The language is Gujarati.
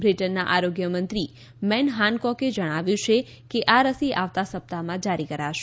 બ્રિટનના આરોગ્યમંત્રી મેન હાનકોકે જણાવ્યું છે કે આ રસી આવતા સપ્તાહમાં જારી કરાશે